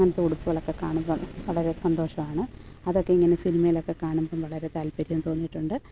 അങ്ങനത്തെ ഉടുപ്പുകളൊക്കെ കാണുമ്പോൾ വളരെ സന്തോഷമാണ് അതൊക്കെ ഇങ്ങനെ സിനിമയിലൊക്കെ കാണുമ്പം വളരെ താല്പര്യം തോന്നിയിട്ടുണ്ട്